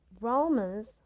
Romans